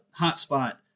hotspot